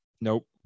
Nope